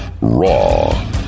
raw